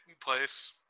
place